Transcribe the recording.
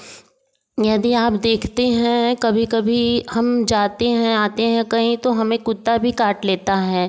यदि आप देखते हैं कभी कभी हम जाते हैं आते हैं कहीं तो हमें कुत्ता भी काट लेता है